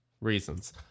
reasons